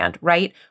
right